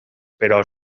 però